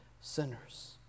sinners